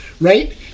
right